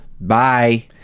Bye